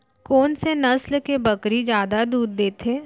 कोन से नस्ल के बकरी जादा दूध देथे